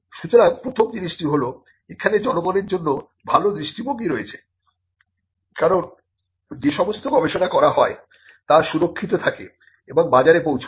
সুতরাং প্রথম জিনিসটি হল এখানে জনগণের জন্য ভালো দৃষ্টিভঙ্গি রয়েছে কারণ যে সমস্ত গবেষণা করা হয় তা সুরক্ষিত থাকে এবং বাজারে পৌঁছায়